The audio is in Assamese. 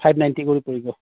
ফাইভ নাইণ্টি কৰি পৰিব